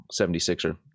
76er